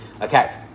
Okay